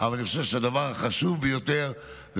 אבל אני חושב שהדבר החשוב ביותר זה מה